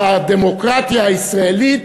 בדמוקרטיה הישראלית,